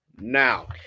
now